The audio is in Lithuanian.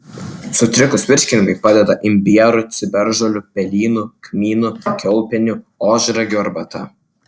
sutrikus virškinimui padeda imbierų ciberžolių pelynų kmynų kiaulpienių ožragių arbata